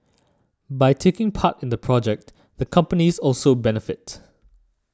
by taking part in the project the companies also benefit